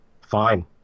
fine